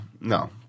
no